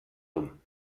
dumm